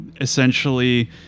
essentially